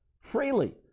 freely